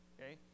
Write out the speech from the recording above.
okay